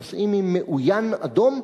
נוסעים עם מעוין אדום,